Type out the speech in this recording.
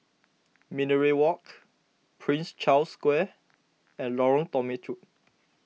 Minaret Walk Prince Charles Square and Lorong Temechut